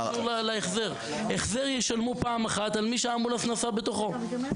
החזר ישלמו פעם אחת על מי שנסע באמבולנס.